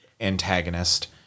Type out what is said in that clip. antagonist